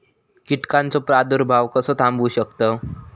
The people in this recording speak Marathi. कीटकांचो प्रादुर्भाव कसो थांबवू शकतव?